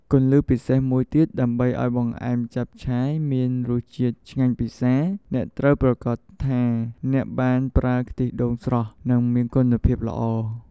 គន្លឹះពិសេសមួយទៀត ដើម្បីឱ្យបង្អែមចាប់ឆាយមានរសជាតិឆ្ងាញ់ពិសា អ្នកត្រូវប្រាកដថាអ្នកបានប្រើខ្ទិះដូងស្រស់ និងមានគុណភាពល្អ។